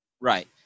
right